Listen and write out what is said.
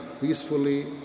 peacefully